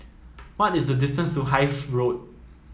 what is the distance to Hythe Road